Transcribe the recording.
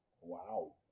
Wow